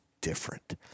different